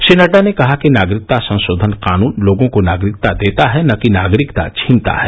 श्री नड़डा ने कहा कि नागरिकता संशोधन कानून लोगों को नागरिकता देता है न कि नागरिकता छीनता है